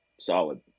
Solid